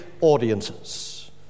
audiences